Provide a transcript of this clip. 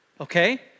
okay